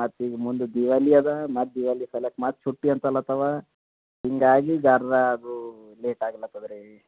ಮತ್ತು ಈಗ ಮುಂದೆ ದೀವಾಲಿ ಅದ ಮತ್ತು ದೀವಾಲಿ ಸಲಾಕ್ ಮತ್ತು ಚುಟ್ಟಿ ಅಂತಾಲ ಅತ್ತಾವ ಹೀಗಾಗಿ ಝರ ಅದು ಲೇಟ್ ಆಗ್ಲತ್ತದ ರೀ